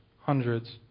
hundreds